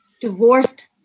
divorced